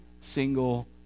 single